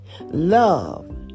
love